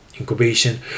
Incubation